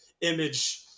image